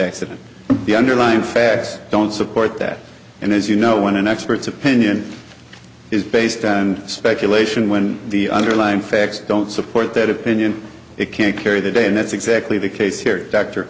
accident the underlying facts don't support that and as you know when an expert's opinion is based on speculation when the underlying facts don't support that opinion it can't carry the day and that's exactly the case here